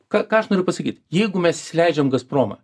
ką ką aš noriu pasakyt jeigu mes įsileidžiam gazpromą